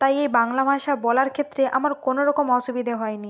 তাই এই বাংলা ভাষা বলার ক্ষেত্রে আমার কোনওরকম অসুবিধে হয়নি